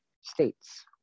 states